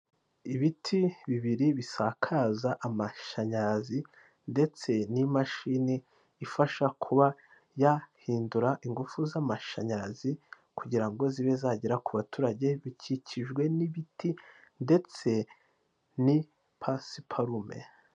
Ibiti bibiri bisakaza amashanyarazi, ndetse n'imashini ifasha kuba yahindura ingufu z'amashanyarazi, kugira ngo zibe zagera ku baturage bikikijwe n'ibiti ndetse n'ipasiparume.